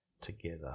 Together